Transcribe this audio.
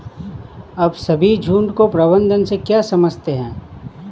आप सभी झुंड के प्रबंधन से क्या समझते हैं?